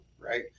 right